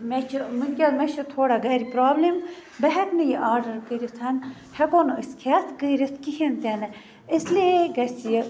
مےٚ چھ ونکٮ۪ن مےٚ چھ تھوڑا گَرِ پرابلم بہٕ ہیٚکہٕ نہٕ یہِ آڈَر کٔرِتھ ہیٚکو نہٕ أسۍ کھیٚتھ کٔرِتھ کِہیٖنۍ تہِ نہٕ اِسلیے گَژھِ یہِ